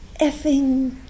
effing